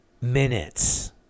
minutes